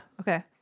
Okay